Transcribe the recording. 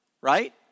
right